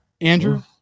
Andrew